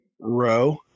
row